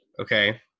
Okay